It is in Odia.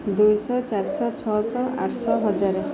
ଦୁଇଶହ ଚାରିଶହ ଛଅଶହ ଆଠଶହ ହଜାର